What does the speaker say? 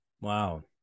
Wow